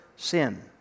Sin